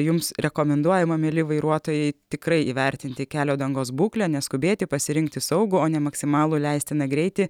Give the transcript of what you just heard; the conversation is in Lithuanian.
jums rekomenduojama mieli vairuotojai tikrai įvertinti kelio dangos būklę neskubėti pasirinkti saugų o ne maksimalų leistiną greitį